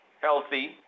healthy